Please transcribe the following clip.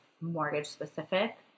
mortgage-specific